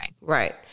Right